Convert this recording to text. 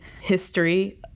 history